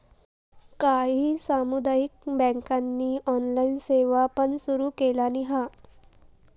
काही सामुदायिक बँकांनी ऑनलाइन सेवा पण सुरू केलानी हा